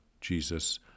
Jesus